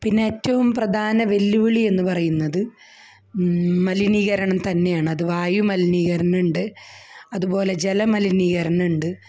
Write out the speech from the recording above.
പിന്നേറ്റവും പ്രധാന വെല്ലുവിളി എന്നു പറയുന്നത് മലിനീകരണം തന്നെയാണ് അത് വായു മലിനീകരണമുണ്ട് അതുപോലെ ജലമലിനീകരണമുണ്ട്